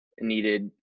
needed